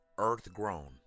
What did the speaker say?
Earth-grown